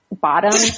bottom